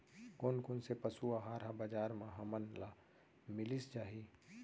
कोन कोन से पसु आहार ह बजार म हमन ल मिलिस जाही?